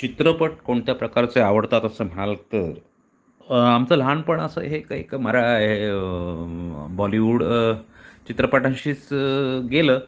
चित्रपट कोणत्या प्रकारचे आवडतात असं म्हणाल तर आमचं लहानपण असं हे एक एक मरा बॉलिवूड चित्रपटांशीच गेलं